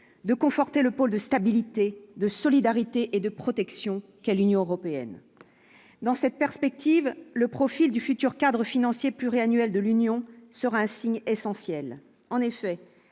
de conforter le pôle de stabilité, de solidarité et de protection qu'à l'Union européenne dans cette perspective, le profil du futur cadre financier pluriannuel de l'Union sera signe essentiel, en effet,